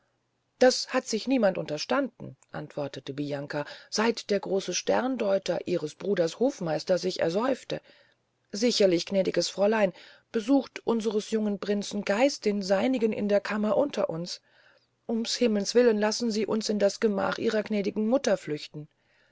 das hat sich niemand unterstanden antwortete bianca seit der große sterndeuter ihres bruders hofmeister sich ersäufte sicherlich gnädiges fräulein besucht unsers jungen prinzen geist den seinigen in der kammer unter uns ums himmels willen lassen sie uns in das gemach ihrer gnädigen mutter flüchten